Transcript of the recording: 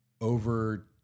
over